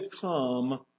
come